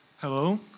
Hello